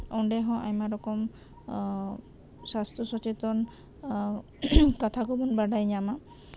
ᱚᱱᱰᱮ ᱦᱚᱸ ᱟᱭᱢᱟ ᱨᱚᱠᱚᱢ ᱥᱟᱥᱛᱷᱚ ᱥᱚᱪᱮᱛᱚᱱ ᱠᱟᱛᱷᱟ ᱠᱚᱵᱚᱱ ᱵᱟᱰᱟᱭ ᱧᱟᱢᱟ